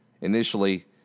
Initially